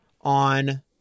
on